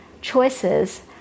choices